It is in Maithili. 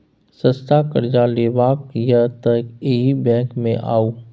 सस्ता करजा लेबाक यै तए एहि बैंक मे आउ